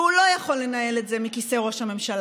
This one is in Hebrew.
והוא לא יכול לנהל את זה מכיסא ראש הממשלה.